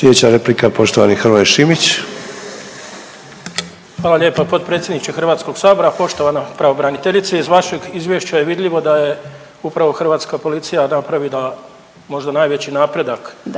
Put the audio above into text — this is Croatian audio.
Sljedeća replika, poštovani Hrvoje Šimić. **Šimić, Hrvoje (HDZ)** Hvala lijepa potpredsjedniče HS-a, poštovana pravobraniteljice. Iz vašeg Izvješća je vidljivo da je upravo hrvatska policija napravila možda najveći napredak u